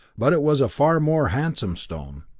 but it was a far more handsome stone.